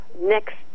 next